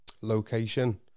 location